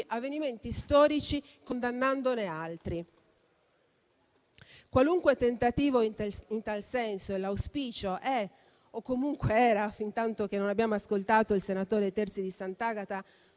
avvenimenti storici, condannandone altri. Qualunque tentativo in tal senso - e c'è l'auspicio che non avvenga o comunque c'era fintanto che non abbiamo ascoltato il senatore Terzi di Sant'Agata